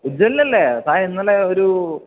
ഉജ്വലൻ ഇല്ലേ താന് ഇന്നലെ ഒരു